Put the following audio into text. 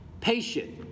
patient